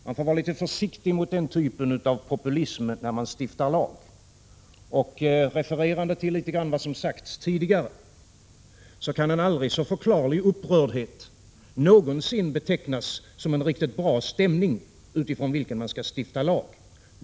Man får vara litet försiktig mot den typen av populism när man stiftar lag. Låt mig referera till litet grand av vad som sagts tidigare: En aldrig så förklarlig upprördhet kan inte någonsin betecknas som en riktigt bra stämning, utifrån vilken man skall stifta lag.